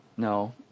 No